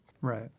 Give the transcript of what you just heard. Right